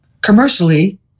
commercially